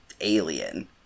alien